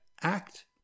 act